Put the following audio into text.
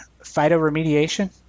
phytoremediation